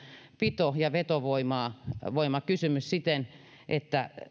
pito ja vetovoimavoimakysymys siten että